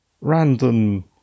random